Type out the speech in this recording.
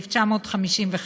התשט"ו 1955,